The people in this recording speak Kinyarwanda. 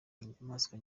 inyamaswa